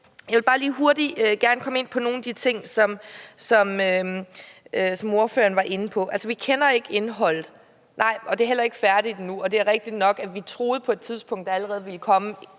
Jeg vil gerne lige hurtigt komme ind på nogle af de ting, som ordføreren var inde på. Altså: Vi kender ikke indholdet. Nej, og det er heller ikke færdigt endnu. Det er rigtigt nok, at vi på et tidspunkt troede, at der allerede ville komme en eller